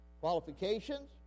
Qualifications